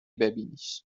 ببینیش